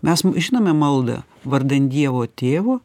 mes žinome maldą vardan dievo tėvo